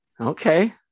Okay